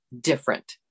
different